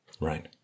right